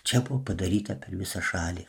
čia buvo padaryta per visą šalį